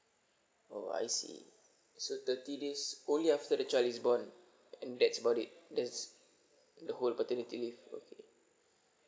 oh I see so thirty days only after the child is born and that's about it that's the whole paternity leave okay